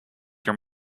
your